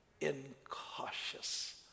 incautious